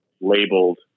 labeled